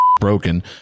broken